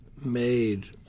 Made